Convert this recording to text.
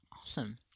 Awesome